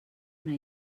una